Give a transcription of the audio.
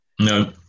No